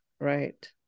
right